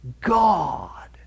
God